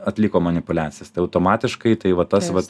atliko manipuliacijas tai automatiškai tai vat tas va